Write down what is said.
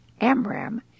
Amram